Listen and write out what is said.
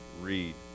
read